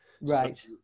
Right